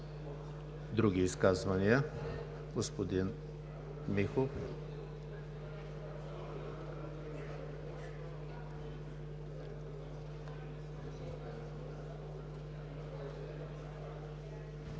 Други изказвания? Господин Михов,